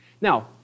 Now